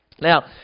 Now